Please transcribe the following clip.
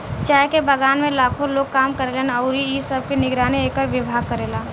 चाय के बगान में लाखो लोग काम करेलन अउरी इ सब के निगरानी एकर विभाग करेला